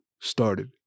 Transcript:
started